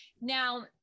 now